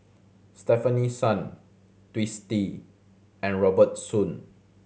Stefanie Sun Twisstii and Robert Soon